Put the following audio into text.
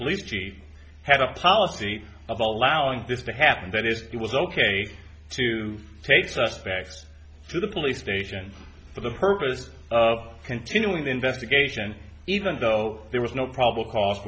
police she had a policy of allowing this to happen that is it was ok to take suspects to the police station for the purpose of continuing the investigation even though there was no probable cause